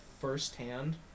firsthand